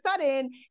sudden